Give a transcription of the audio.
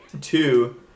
two